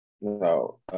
No